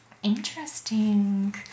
interesting